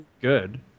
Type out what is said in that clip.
good